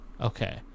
Okay